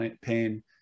pain